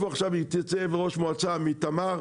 התייצב פה עכשיו ראש מועצה מתמר,